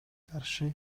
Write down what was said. каршы